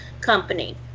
company